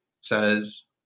says